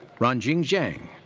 ranjing zheng.